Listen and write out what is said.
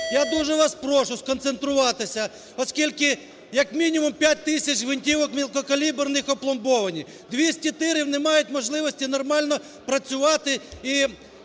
Я дуже вас прошу сконцентруватись, оскільки, як мінімум, 5 тисяч гвинтівок мілкокаліберних опломбовані, 200 тирів не мають можливості нормально працювати і